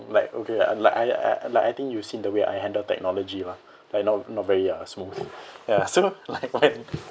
like okay like I like I think you've seen the way I handle technology lah like not not very ya smooth ya so like when